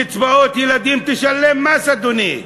אדוני, קצבאות ילדים, תשלם מס, אדוני,